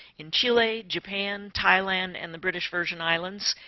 in chile, japan, thailand, and the british virgin islands.